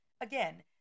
Again